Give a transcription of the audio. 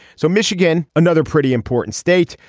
so michigan another pretty important state.